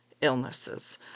illnesses